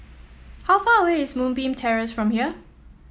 how far away is Moonbeam Terrace from here